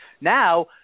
Now –